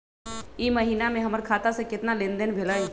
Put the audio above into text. ई महीना में हमर खाता से केतना लेनदेन भेलइ?